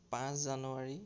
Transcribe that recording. পাঁচ জানুৱাৰী